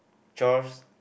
chores